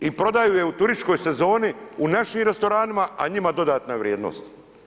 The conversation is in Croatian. I prodaju ju u turističkoj sezoni, u našim restoranima, a njima dodatne vrijednosti.